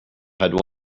had